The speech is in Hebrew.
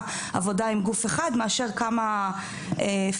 עבודה עם גוף אחד מאשר כמה פרילנסרים.